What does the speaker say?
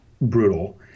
brutal